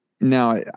now